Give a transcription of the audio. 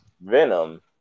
Venom